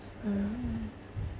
mm